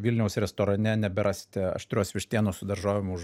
vilniaus restorane neberasite aštrios vištienos su daržovėm už